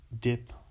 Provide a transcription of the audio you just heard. dip